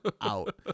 out